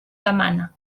demana